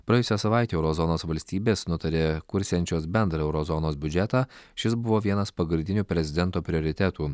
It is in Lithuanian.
praėjusią savaitę euro zonos valstybės nutarė kursiančios bendrą euro zonos biudžetą šis buvo vienas pagrindinių prezidento prioritetų